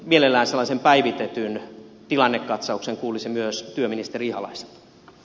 mielellään sellaisen päivitetyn tilannekatsauksen kuulisin myös työministeri ihalaiselta